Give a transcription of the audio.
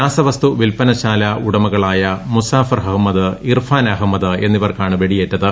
രാസവസ്തു വില്പനശാല ഉടമകളായ മുസാഫർ അഹ്മദ് ഇർഫാൻ അഹ്മദ് എന്നിവർക്കാണ് വെടിയേറ്റത്